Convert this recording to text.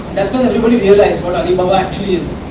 that's when everybody realised what alibaba actually is